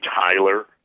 Tyler